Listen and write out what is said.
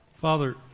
Father